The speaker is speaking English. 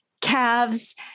calves